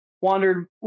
wandered